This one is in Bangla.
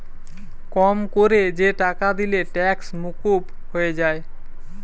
কম কোরে যে টাকা দিলে ট্যাক্স মুকুব হয়ে যায়